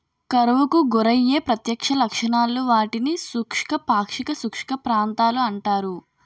కరువుకు గురయ్యే ప్రత్యక్ష లక్షణాలు, వాటిని శుష్క, పాక్షిక శుష్క ప్రాంతాలు అంటారు